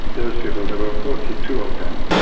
those people, there were forty two of them,